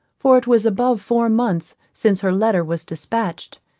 for it was above four months since her letter was dispatched,